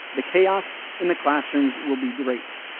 the chaos in the classrooms will be great.